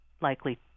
likely